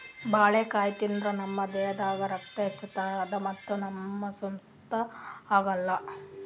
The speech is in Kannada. ಬಾಳಿಕಾಯಿ ತಿಂದ್ರ್ ನಮ್ ದೇಹದಾಗ್ ರಕ್ತ ಹೆಚ್ಚತದ್ ಮತ್ತ್ ನಮ್ಗ್ ಸುಸ್ತ್ ಆಗಲ್